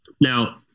now